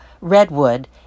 Redwood